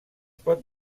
pot